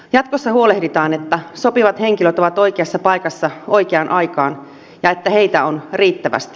jatkossa huolehditaan että sopivat henkilöt ovat oikeassa paikassa oikeaan aikaan ja että heitä on riittävästi